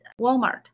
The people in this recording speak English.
Walmart